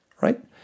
right